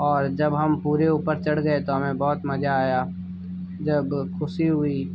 और जब हम पूरे ऊपर चढ़ गए तो हमें बहुत मजा आया जब खुशी हुई